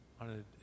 on